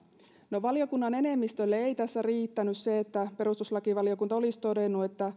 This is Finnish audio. no valiokunnan enemmistölle ei tässä riittänyt se että perustuslakivaliokunta olisi todennut että mäenpään puheet ovat